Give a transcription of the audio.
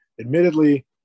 admittedly